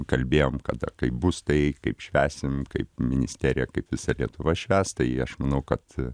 kalbėjom kada kaip bus tai kaip švęsim kaip ministerija kaip visa lietuva švęs tai aš manau kad